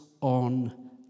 on